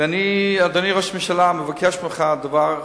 ואני, אדוני ראש הממשלה, מבקש ממך דבר,